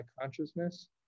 consciousness